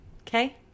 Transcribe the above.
Okay